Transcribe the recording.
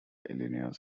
illinois